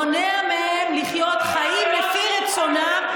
מונע מהם לחיות חיים לפי רצונם,